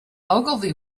ogilvy